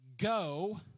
go